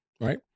Right